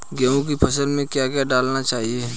गेहूँ की फसल में क्या क्या डालना चाहिए?